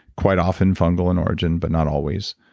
quite often fungal in origin, but not always.